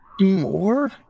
more